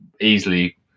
easily